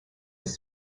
was